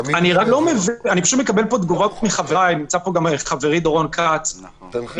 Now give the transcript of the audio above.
לפי השיטה של כל אחד שמדבר פה אנחנו לא